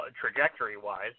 trajectory-wise